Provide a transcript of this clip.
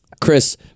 Chris